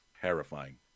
terrifying